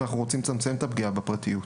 ואנחנו רוצים לצמצם את הפגיעה בפרטיות.